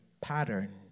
pattern